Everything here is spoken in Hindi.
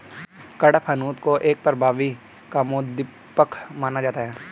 कडपहनुत को एक प्रभावी कामोद्दीपक माना जाता है